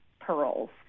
pearls